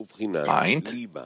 mind